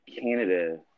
Canada